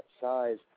size